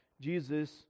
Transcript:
Jesus